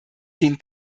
den